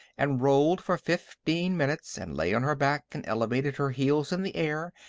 and rolled for fifteen minutes, and lay on her back and elevated her heels in the air,